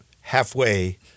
halfway